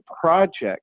project